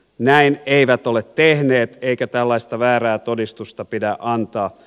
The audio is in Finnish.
näin he eivät ole tehneet eikä tällaista väärää todistusta pidä antaa